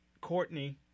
Courtney